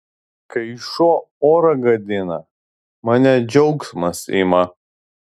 kai šuo orą gadina mane džiaugsmas ima